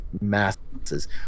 masses